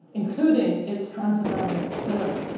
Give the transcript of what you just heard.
including its transatlantic pillar,